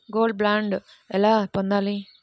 Gold bond ఎలా పొందాలి?